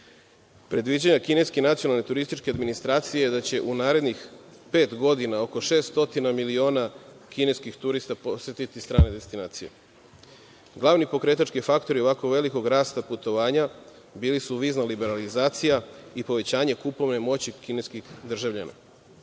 godine. Predviđanja kineske nacionalne turističke administracije je da će u narednih pet godina oko šest stotina miliona kineskih turista posetiti strane destinacije. Glavni pokretački faktori ovako velikog rasta putovanja bili su vizna liberalizacija i povećanja kupovne moći kineskih državljana.